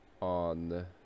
on